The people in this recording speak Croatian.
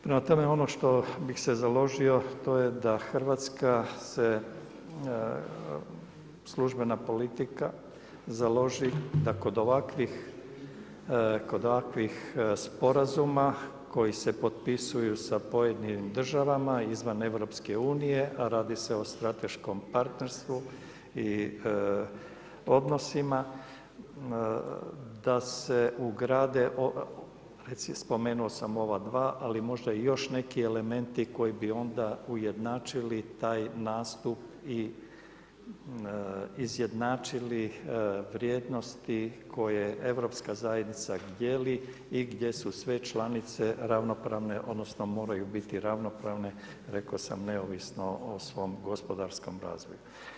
Prema tome, ono što bih se založio, to je da Hrvatska se službena politika založi da kod ovakvih sporazuma koji se potpisuju sa pojedinim državama izvan EU, a radi se o strateškom partnerstvu i odnosima, da se ugrade, spomenuo sam ova dva, ali možda i još neki elementi, koje bi onda ujednačili taj nastup i izjednačili vrijednosti koje Europska zajednica dijeli i gdje su sve članice ravnopravne, odnosno, moraju biti ravnopravne, rekao sam neovisne o svom gospodarskom razvoju.